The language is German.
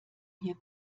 hier